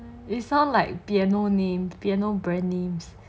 it sound like piano name piano brand names